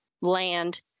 land